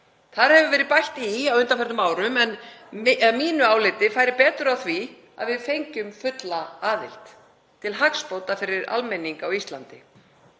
Þar hefur verið bætt í á undanförnum árum en að mínu áliti færi betur á því að við fengjum fulla aðild til hagsbóta fyrir almenning á Íslandi.